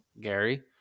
Gary